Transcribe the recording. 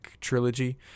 trilogy